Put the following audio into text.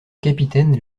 capitaine